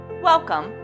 Welcome